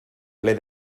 ple